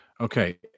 Okay